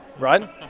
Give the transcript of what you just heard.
right